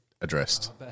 addressed